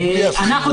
אנחנו,